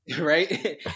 right